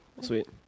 Sweet